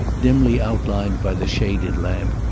dimly outlined by the shaded lamp,